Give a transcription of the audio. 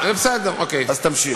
אז תמשיך.